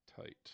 tight